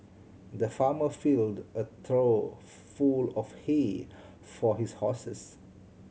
the farmer filled a trough full of hay for his horses